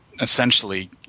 essentially